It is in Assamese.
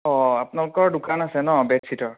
অ' আপোনালোকৰ দোকান আছে ন বেডশ্বিটৰ